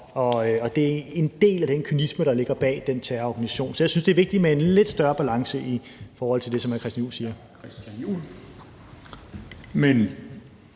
og det er en del af den kynisme, der ligger bag den terrororganisation. Så jeg synes, det er vigtigt med en lidt større balance i det, hr. Christian Juhl siger.